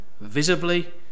visibly